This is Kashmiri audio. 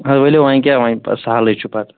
نہَ حظ ؤلِو وۅنۍ کیٛاہ وۅنۍ پَتہٕ سہلٕے چھُ پَتہٕ